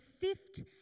sift